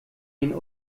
den